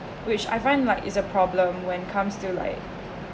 which I find like it's a problem when comes to like